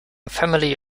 family